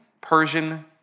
Persian